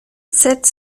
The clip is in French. sept